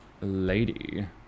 lady